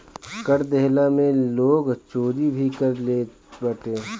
कर देहला में लोग चोरी भी कर लेत बाटे